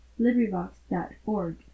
LibriVox.org